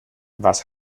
was